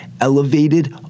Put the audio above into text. elevated